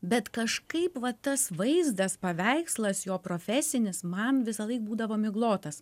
bet kažkaip vat tas vaizdas paveikslas jo profesinis man visąlaik būdavo miglotas